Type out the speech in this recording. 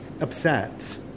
upset